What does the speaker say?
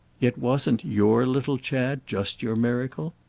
yet wasn't your little chad just your miracle?